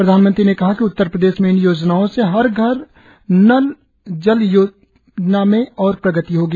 प्रधानमंत्री ने कहा कि उत्तर प्रदेश में इन योजनाओं से हर घर नल जल परियोजना में और प्रगति होगी